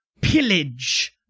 pillage